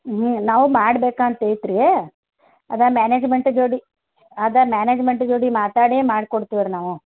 ಹ್ಞೂ ನಾವು ಮಾಡ್ಬೇಕಂತ ಐತಿ ರೀ ಅದು ಮ್ಯಾನೇಜ್ಮೆಂಟ್ ಜೋಡಿ ಅದು ಮ್ಯಾನೇಜ್ಮೆಂಟ್ ಜೋಡಿ ಮಾತಾಡೇ ಮಾಡ್ಕೊಡ್ತಿವ್ರಿ ನಾವು